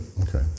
Okay